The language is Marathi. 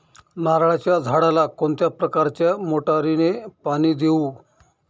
नारळाच्या झाडाला कोणत्या प्रकारच्या मोटारीने पाणी देऊ?